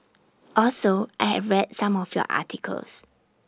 also I have read some of your articles